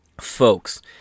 Folks